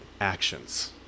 Actions